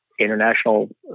International